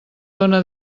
dóna